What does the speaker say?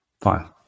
Fine